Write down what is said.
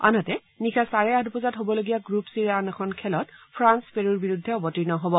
আনহাতে নিশা চাৰে আঠ বজাত হবলগীয়া গ্ৰুপ চিৰ আন এখন খেলত ফ্ৰান্স পেৰুৰ বিৰুদ্ধে অৱতীৰ্ণ হ'ব